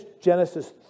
Genesis